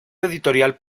editorial